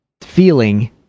feeling